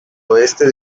oeste